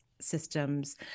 systems